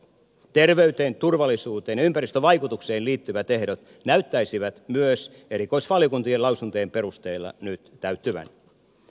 terveyteen turvallisuuteen ja ympäristövaikutukseen liittyvät ehdot näyttäisivät myös erikoisvaliokuntien lausuntojen perusteella nyt täyttyvän